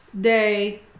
day